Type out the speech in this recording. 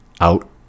out